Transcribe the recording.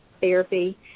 therapy